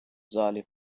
залі